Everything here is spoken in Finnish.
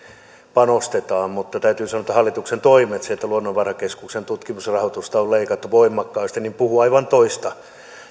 panostetaan mutta täytyy sanoa että hallituksen toimet se että luonnonvarakeskuksen tutkimusrahoitusta on leikattu voimakkaasti puhuvat aivan toista